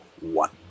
one